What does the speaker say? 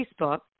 Facebook